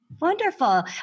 Wonderful